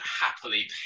happily